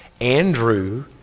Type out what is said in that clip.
Andrew